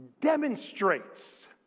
demonstrates